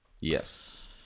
Yes